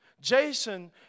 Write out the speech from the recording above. Jason